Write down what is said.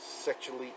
sexually